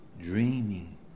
dreaming